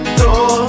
door